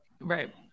right